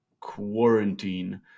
Quarantine